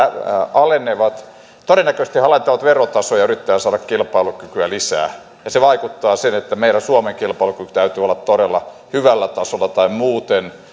alenevat todennäköisesti he alentavat verotasoa ja yrittävät saada kilpailukykyä lisää se vaikuttaa niin että meillä suomen kilpailukyvyn täytyy olla todella hyvällä tasolla tai muuten